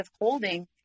withholding